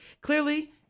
clearly